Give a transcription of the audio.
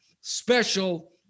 special